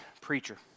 preacher